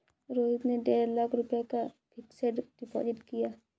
रोहित ने डेढ़ लाख रुपए का फ़िक्स्ड डिपॉज़िट किया